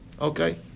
Okay